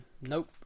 Nope